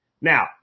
Now